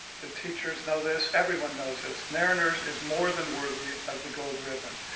the teachers know this, everyone knows this, mariners is more than worthy of the gold ribbon.